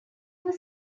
was